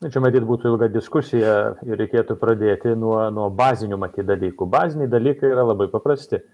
na čia matyt būtų ilga diskusija ir reikėtų pradėti nuo nuo bazinių matyt dalykų baziniai dalykai yra labai paprasti